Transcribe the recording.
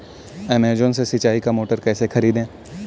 Amazon से सिंचाई का मोटर कैसे खरीदें?